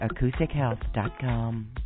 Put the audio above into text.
AcousticHealth.com